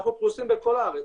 אנחנו פרוסים בכל הארץ,